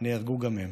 נהרגו גם הם,